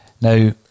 Now